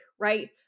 right